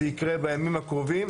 זה יקרה בימים הקרובים,